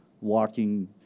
walking